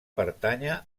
pertànyer